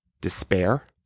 despair